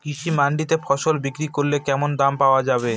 কৃষি মান্ডিতে ফসল বিক্রি করলে কেমন দাম পাওয়া যাবে?